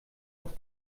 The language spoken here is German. aus